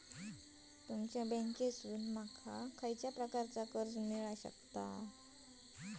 तुमच्या बँकेसून माका कसल्या प्रकारचा कर्ज मिला शकता?